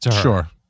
Sure